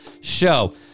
show